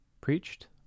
preached